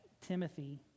Timothy